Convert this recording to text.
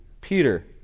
Peter